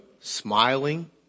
smiling